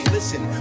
Listen